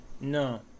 No